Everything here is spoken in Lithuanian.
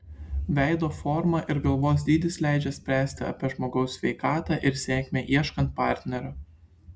veido forma ir galvos dydis leidžia spręsti apie žmogaus sveikatą ir sėkmę ieškant partnerio